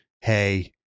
hey